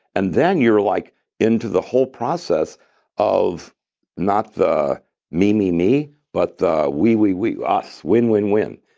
and then you're like into the whole process of not the me, me, me, but the we, we, we. us. win, win, win.